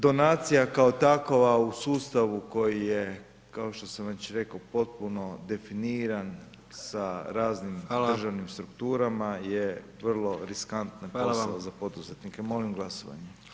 Donacija kao takva u sustavu, koji je, kao što sam već rekao, potpuno definiran sa raznim državnim strukturama je vrlo riskantan posao za poduzetnike, molim glasovanje.